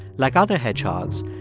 like other hedgehogs,